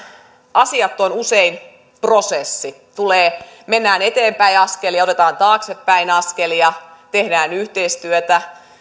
asiat ovat usein prosessi mennään eteenpäin askelia otetaan taaksepäin askelia tehdään yhteistyötä